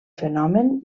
fenomen